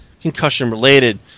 concussion-related